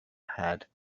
had